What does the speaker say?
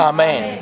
Amen